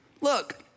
look